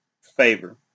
favor